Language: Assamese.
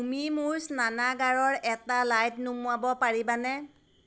তুমি মোৰ স্নানাগাৰৰ এটা লাইট নুমুৱাব পাৰিবানে